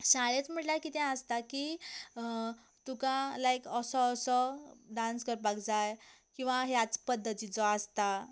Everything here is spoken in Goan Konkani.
शाळेंत म्हणल्या कितें आसता की तुका लायक असो असो डांस करपाक जाय किंवा ह्याच पद्दतीचो आसता